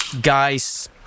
guys